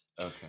Okay